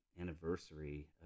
anniversary